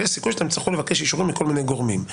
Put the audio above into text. שתצטרכו לבקש אישורים מכל מיני גורמים.